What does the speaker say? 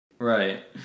Right